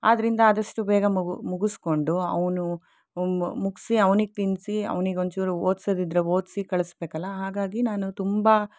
ಆದ್ರಿಂದ ಆದಷ್ಟು ಬೇಗ ಮುಗಿಸ್ಕೊಂಡು ಅವನು ಮು ಮುಗಿಸಿ ಅವನಿಗೆ ತಿನ್ನಿಸಿ ಅವನಿಗೆ ಒಂದು ಚೂರು ಓದಿಸೋದು ಇದ್ದರೆ ಓದಿಸಿ ಕಳಿಸ್ಬೇಕಲ್ಲ ಹಾಗಾಗಿ ನಾನು ತುಂಬ